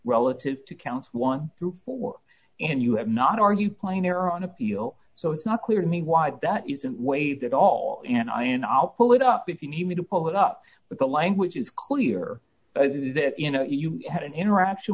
relative to count one through four and you have not argued plain error on appeal so it's not clear to me why that isn't waved at all and i and i'll pull it up if you need to pull it up but the language is clear that you know you had an interaction